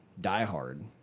diehard